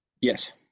Yes